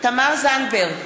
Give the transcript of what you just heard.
תמר זנדברג,